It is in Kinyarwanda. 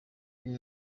y’uyu